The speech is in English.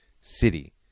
City